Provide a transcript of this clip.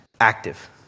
active